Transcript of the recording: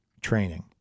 training